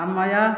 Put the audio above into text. ସମୟ